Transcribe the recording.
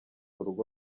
urugo